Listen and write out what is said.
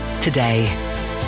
today